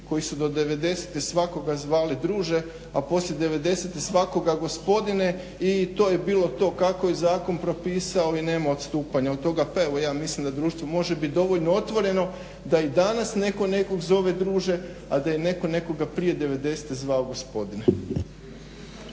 koji su do devedesetih svakoga zvali druže, a poslije devedesete svakoga gospodine i to je bilo to kako je zakon propisao i nema odstupanja od toga. Pa evo, ja mislim da društvo može biti dovoljno otvoreno da i danas netko nekog zove druže, a da i netko nekoga prije devedesete zvao gospodine.